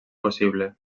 possible